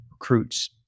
recruits